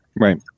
Right